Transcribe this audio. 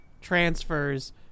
transfers